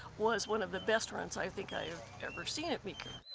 was one of the best runs i think i have ever seen at meeker.